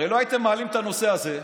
הרי לא הייתם מעלים את הנושא הזה,